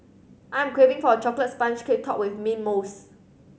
I'm craving for a chocolate sponge cake topped with mint mousse